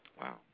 Wow